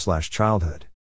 Childhood